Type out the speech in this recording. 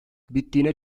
bittiğine